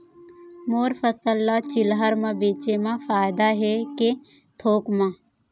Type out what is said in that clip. मोर फसल ल चिल्हर में बेचे म फायदा है के थोक म?